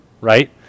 right